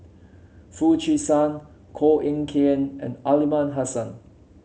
Foo Chee San Koh Eng Kian and Aliman Hassan